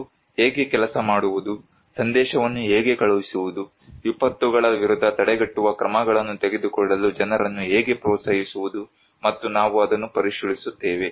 ಮತ್ತು ಹೇಗೆ ಕೆಲಸ ಮಾಡುವುದು ಸಂದೇಶವನ್ನು ಹೇಗೆ ಕಳುಹಿಸುವುದು ವಿಪತ್ತುಗಳ ವಿರುದ್ಧ ತಡೆಗಟ್ಟುವ ಕ್ರಮಗಳನ್ನು ತೆಗೆದುಕೊಳ್ಳಲು ಜನರನ್ನು ಹೇಗೆ ಪ್ರೋತ್ಸಾಹಿಸುವುದು ಮತ್ತು ನಾವು ಅದನ್ನು ಪರಿಶೀಲಿಸುತ್ತೇವೆ